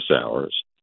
hours